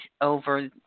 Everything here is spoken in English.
over